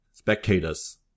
spectators